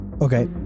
Okay